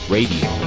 Radio